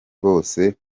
bose